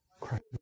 Christ